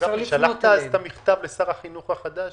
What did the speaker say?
שלחת את המכתב לשר החינוך החדש?